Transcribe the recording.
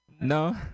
No